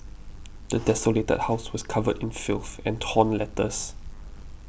the desolated house was covered in filth and torn letters